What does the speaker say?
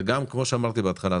כמו שאמרתי בהתחלה,